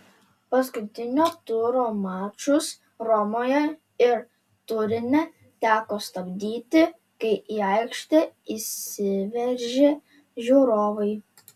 paskutinio turo mačus romoje ir turine teko stabdyti kai į aikštę įsiveržė žiūrovai